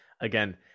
again